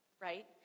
right